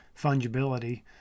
Fungibility